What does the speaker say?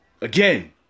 again